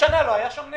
השנה לא היה שם נס,